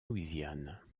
louisiane